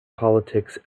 politics